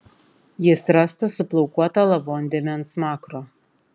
jis rastas su plaukuota lavondėme ant smakro